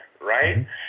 right